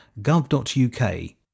gov.uk